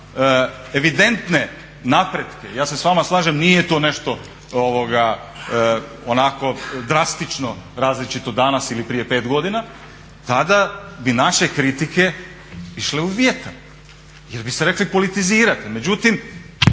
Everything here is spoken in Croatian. evidentne napretke, ja se s vama slažem nije to nešto onako drastično različito danas ili prije 5 godina, tada bi naše kritike išle u vjetar jer bi se reklo politiziranje, međutim